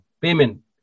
payment